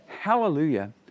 hallelujah